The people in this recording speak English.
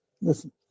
listen